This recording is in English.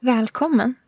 Välkommen